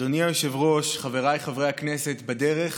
אדוני היושב-ראש, חבריי חברי הכנסת, בדרך